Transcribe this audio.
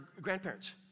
grandparents